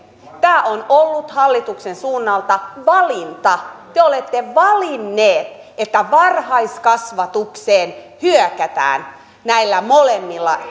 tämä on ollut hallituksen suunnalta valinta te te olette valinneet että varhaiskasvatukseen hyökätään näillä molemmilla